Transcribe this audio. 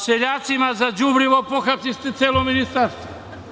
Seljacima za đubrivo, pohapsiste celo ministarstvo.